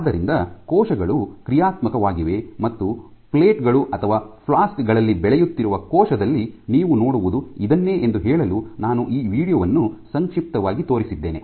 ಆದ್ದರಿಂದ ಕೋಶಗಳು ಕ್ರಿಯಾತ್ಮಕವಾಗಿವೆ ಮತ್ತು ಪ್ಲೇಟ್ ಗಳು ಅಥವಾ ಫ್ಲಾಸ್ಕ್ ಗಳಲ್ಲಿ ಬೆಳೆಯುತ್ತಿರುವ ಕೋಶದಲ್ಲಿ ನೀವು ನೋಡುವುದು ಇದನ್ನೇ ಎಂದು ಹೇಳಲು ನಾನು ಈ ವೀಡಿಯೊ ವನ್ನು ಸಂಕ್ಷಿಪ್ತವಾಗಿ ತೋರಿಸಿದ್ದೇನೆ